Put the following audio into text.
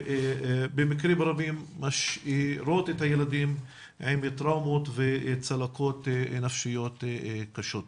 שבמקרים רבים משאירות את הילדים עם טראומות וצלקות נפשיות קשות.